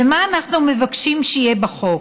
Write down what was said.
ומה אנחנו מבקשים שיהיה בחוק?